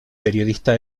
periodista